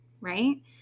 right